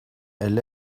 elle